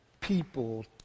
people